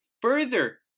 further